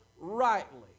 rightly